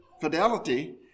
fidelity